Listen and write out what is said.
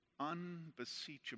unbeseechable